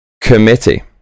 committee